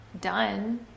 done